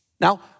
Now